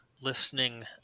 listening